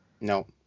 No